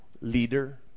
leader